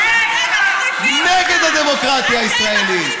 נגד הדמוקרטיה הישראלית,